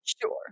Sure